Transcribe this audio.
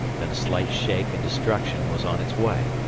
then a slight shake and destruction was on its way,